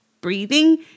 breathing